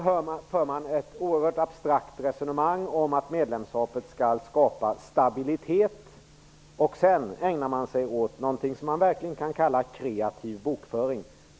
Man för ett oerhört abstrakt resonemang om att medlemskapet skall skapa stabilitet, och sedan ägnar man sig åt någonting som vi verkligen kan kalla kreativ bokföring.